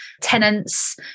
tenants